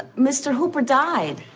mr. hooper died.